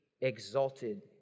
exalted